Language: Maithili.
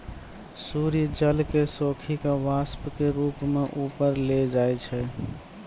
सूर्य जल क सोखी कॅ वाष्प के रूप म ऊपर ले जाय छै